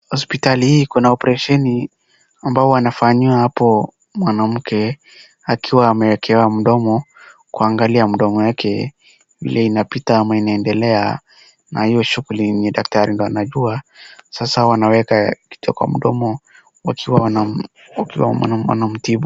Hospitali hii kuna oparesheni ambayo wanafanyia hapo mwanamke akiwa amewekewa mdomo kuangalia mdomo yake vile inapita ama inaendelea na hiyo shughuli ni daktari ndiyo anajua. Sasa wanaweka kitu kwa mdomo wakiwa wanamtibu.